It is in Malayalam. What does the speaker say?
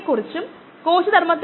ടാങ്കിനുള്ളിൽ വെള്ളം സെക്കൻഡിൽ 0